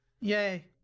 Yay